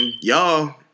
y'all